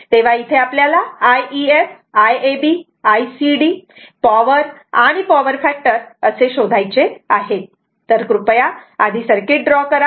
तेव्हा इथे आपल्याला I ef Iab ICd power आणि पॉवर फॅक्टर शोधायचे आहेत तर कृपया आधी सर्किट ड्रॉ करा